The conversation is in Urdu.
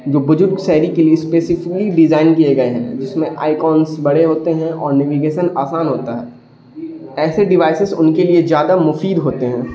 جو بزرگ شہری کے لیے اسپیسفکلی ڈیزائن کیے گئے ہیں جس میں آئیکانس بڑے ہوتے ہیں اور نیویگیشن آسان ہوتا ہے ایسے ڈیوائسیز ان کے لیے زیادہ مفید ہوتے ہیں